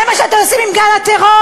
זה מה שאתם עושים עם גל הטרור?